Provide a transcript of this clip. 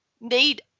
need